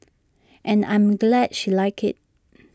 and I'm glad she liked IT